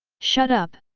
shut up!